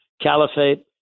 caliphate